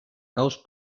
caos